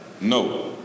No